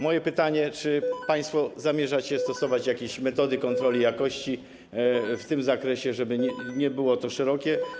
Moje pytanie: Czy państwo zamierzacie stosować jakieś metody kontroli jakości w tym zakresie, żeby nie było to szerokie?